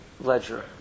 ledger